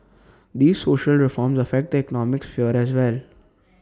these social reforms affect the economic sphere as well